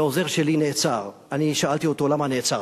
והעוזר שלי נעצר, אני שאלתי אותו: למה נעצרת?